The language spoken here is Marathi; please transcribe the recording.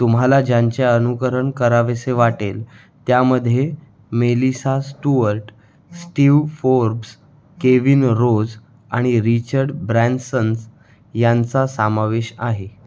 तुम्हाला ज्यांचे अनुकरण करावेसे वाटेल त्यामध्ये Melissa Stuart Steve Forbes Kevin Rose आणि रिचर्ड ब्रँसन्स यांचा सामावेश आहे